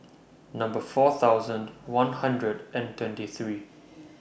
Number four thousand one hundred and twenty three